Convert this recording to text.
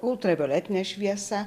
ultravioletine šviesa